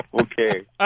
Okay